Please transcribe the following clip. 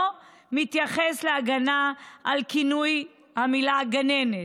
מתייחס להגנה על כינוי במילה "הגננת".